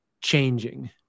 changing